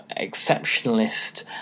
exceptionalist